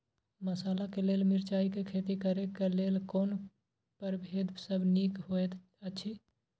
मसाला के लेल मिरचाई के खेती करे क लेल कोन परभेद सब निक होयत अछि?